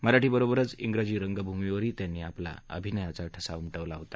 मराठी बरोबच इंग्रजी रंगभूमीवरही त्यांनी आपल्या अभिनायाचा ठसा उमटवला होता